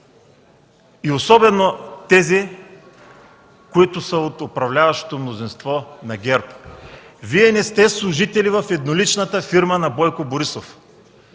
и особено тези, които са от управляващото мнозинство на ГЕРБ, Вие не сте служители в едноличната фирма на Бойко Борисов,